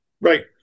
Right